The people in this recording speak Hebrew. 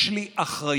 יש לי אחריות